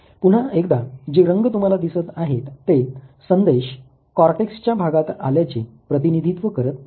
पुन्हा एकदा जे रंग तुम्हाला दिसत आहेत ते संदेश कॉर्टेक्सच्या भागात आल्याचे प्रतिनिधित्व करत आहेत